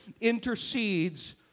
intercedes